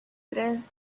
tres